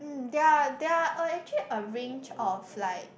um there are there are uh actually a range of like